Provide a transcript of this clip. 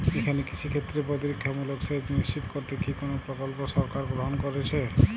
এখানে কৃষিক্ষেত্রে প্রতিরক্ষামূলক সেচ নিশ্চিত করতে কি কোনো প্রকল্প সরকার গ্রহন করেছে?